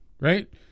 Right